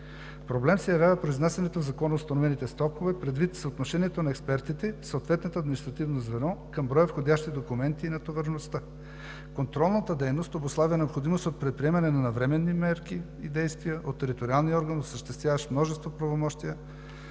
Проблем се явява произнасянето в законоустановените срокове, предвид съотношението на експертите в съответното административно звено към броя входящи документи и натовареността. Контролната дейност обуславя необходимост от предприемане на навременни мерки и действия от териториалния орган, осъществяващ множество правомощия